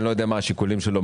אני לא יודע מה השיקולים שלו,